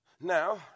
Now